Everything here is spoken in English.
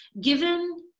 given